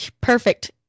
perfect